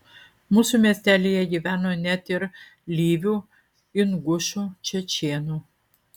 mūsų miestelyje gyveno net ir lyvių ingušų čečėnų